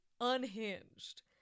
unhinged